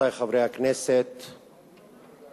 חבר הכנסת זחאלקה,